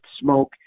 smoke